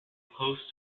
close